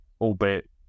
Albeit